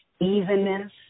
evenness